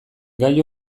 gai